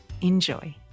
Enjoy